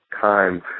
time